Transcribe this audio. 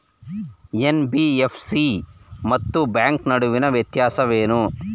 NBFC ಮತ್ತು bank ನಡುವಿನ ವ್ಯತ್ಯಾಸವೇನು?